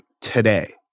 today